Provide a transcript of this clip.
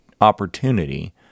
opportunity